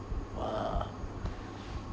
!wah!